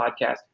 Podcast